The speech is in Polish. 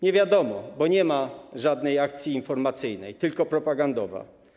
Nie wiadomo, bo nie ma żadnej akcji informacyjnej, tylko propagandowa.